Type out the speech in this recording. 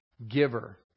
Giver